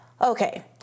Okay